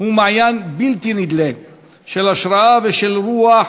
הוא מעיין בלתי נדלה של השראה ושל רוח,